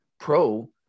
pro